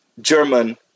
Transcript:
German